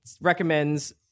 recommends